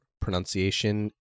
pronunciation